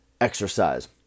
exercise